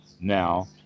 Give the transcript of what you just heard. now